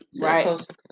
right